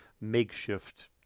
makeshift